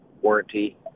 warranty